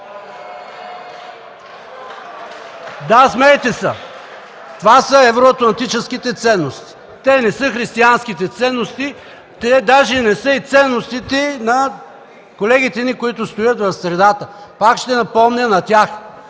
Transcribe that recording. Да, смейте се, това са евроатлантическите ценности, тези са християнските ценности, те даже не са и ценностите на колегите ни, които стоят в средата. Пак ще напомня на тях,